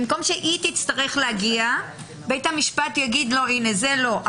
במקום שהיא תצטרך להגיע, בית המשפט יגיד: זה לא.